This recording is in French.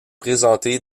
présenté